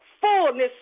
fullness